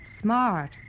smart